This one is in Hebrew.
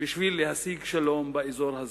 בשביל להשיג שלום באזור הזה.